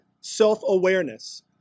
self-awareness